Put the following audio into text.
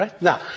Now